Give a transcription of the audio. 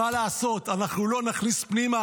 מה לעשות, אנחנו לא נכניס פנימה